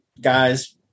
guys